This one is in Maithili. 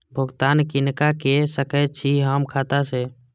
भुगतान किनका के सकै छी हम खाता से?